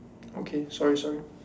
okay sorry sorry